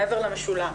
מעבר למשולם.